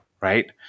Right